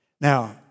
Now